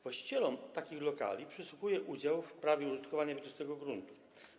Właścicielom takich lokali przysługuje udział w prawie użytkowania wieczystego gruntów.